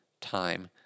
time